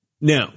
Now